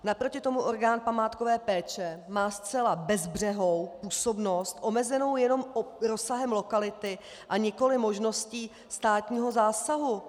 Naproti tomu orgán památkové péče má zcela bezbřehou působnost omezenou jenom rozsahem lokality a nikoliv možností státního zásahu.